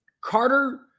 Carter